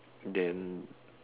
then